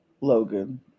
Logan